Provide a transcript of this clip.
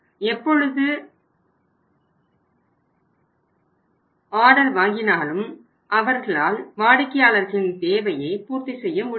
எப்பொழுது ஆர்டர் வாங்கினாலும் அவர்களால் வாடிக்கையாளர்களின் தேவையை பூர்த்தி செய்ய முடியவில்லை